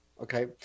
okay